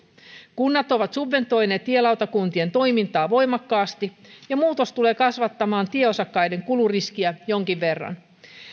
kunnat ovat subventoineet tielautakuntien toimintaa voimakkaasti ja muutos tulee kasvattamaan tieosakkaiden kuluriskiä jonkin verran